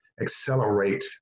accelerate